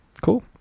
cool